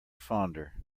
fonder